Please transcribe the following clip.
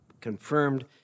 confirmed